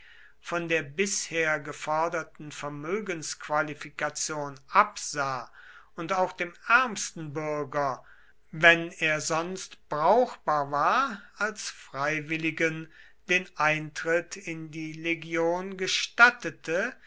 von der bisher geforderten vermögensqualifikation absah und auch dem ärmsten bürger wenn er sonst brauchbar war als freiwilligen den eintritt in die legion gestattete